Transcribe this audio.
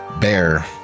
bear